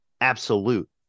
absolute